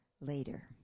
later